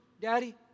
Daddy